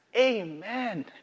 Amen